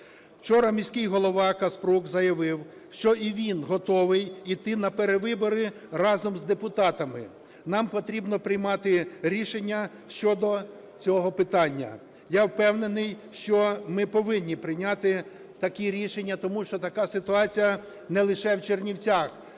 Вчора міський голова Каспрук заявив, що і він готовий йти на перевибори разом з депутатами. Нам потрібно приймати рішення щодо цього питання. Я впевнений, що ми повинні прийняти такі рішення, тому що така ситуація не лише в Чернівцях.